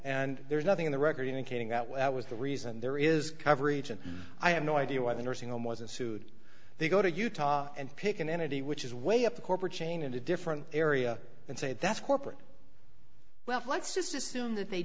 and there's nothing in the record indicating that well that was the reason there is coverage and i have no idea why the nursing home wasn't sued they go to utah and pick an entity which is way up the corporate chain in a different area and say that's corporate welfare let's just assume th